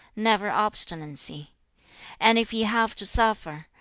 never obstinacy and if he have to suffer,